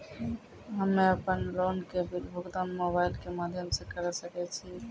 हम्मे अपन लोन के बिल भुगतान मोबाइल के माध्यम से करऽ सके छी?